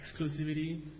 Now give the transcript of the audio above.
exclusivity